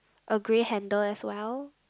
a grey handle as well